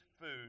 food